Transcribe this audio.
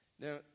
Now